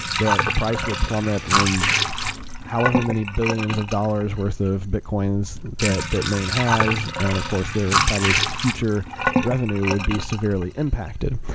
that the price would plummet and however many billions of dollars' worth of bitcoins that bitmain has, and of course their probably future revenue would be severely impacted.